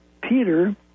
Peter